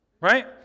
Right